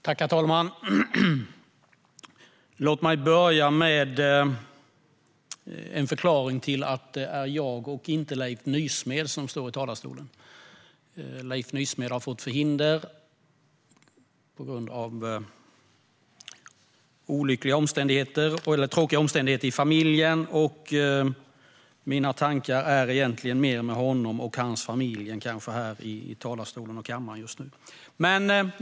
Herr talman! Låt mig börja med en förklaring till att det är jag och inte Leif Nysmed som står i talarstolen. Leif Nysmed har fått förhinder på grund av tråkiga omständigheter i familjen. Mina tankar är egentligen mer hos honom och hans familj än här i kammaren just nu.